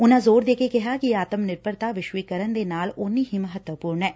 ਉਨੂਾ ਜ਼ੋਰ ਦੇ ਕੇ ਕਿਹਾ ਕਿ ਆਤਮ ਨਿਰਭਰਤਾ ਵਿਸ਼ਵੀਕਰਨ ਦੇ ਨਾਲ ਉਨੂੀ ਹੀ ਮਹੱਤਵਪੂਰਨ ਏ